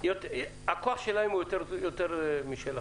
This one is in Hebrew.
אין ספק שיש להם יותר כוח משלכם.